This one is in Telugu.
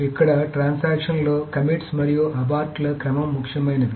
ఇక్కడ ట్రాన్సక్షన్లో కమిట్స్ మరియు అబార్ట్ల క్రమం ముఖ్యమైనవి